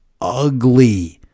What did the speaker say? ugly